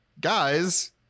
guys